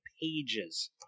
pages